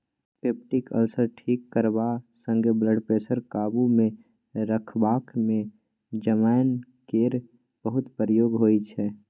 peptic ulcer ठीक करबा संगे ब्लडप्रेशर काबुमे रखबाक मे जमैन केर बहुत प्रयोग होइ छै